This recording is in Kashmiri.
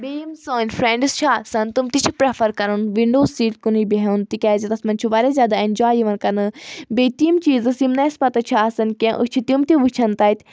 بیٚیہِ یِم سٲنۍ فرینٛڈٕز چھِ آسان تِم تہِ چھِ پرٛیٚفَر کَرُن وِنٛڈو سیٖٹ کُنُے بہُن تِکیازِ تَتھ منٛز چھُ واریاہ زیادٕ اؠنجاے یِوان کَرنہٕ بیٚیہِ تِم چیٖزَس یِم نہ اَسہِ پَتاہ چھِ آسان کینٛہہ أسۍ چھِ تِم تہِ وٕچھان تَتہِ